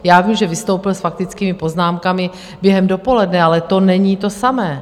Já vím, že vystoupil s faktickými poznámkami během dopoledne, ale to není to samé.